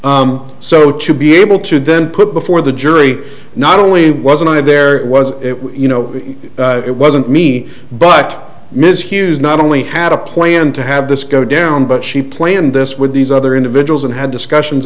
so to be able to then put before the jury not only wasn't it there was you know it wasn't me but ms hughes not only had a plan to have this go down but she planned this with these other individuals and had discussions